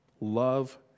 love